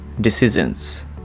Decisions